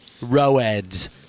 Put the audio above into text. Roads